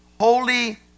holy